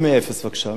אל תדאג, תקבל עוד דקה.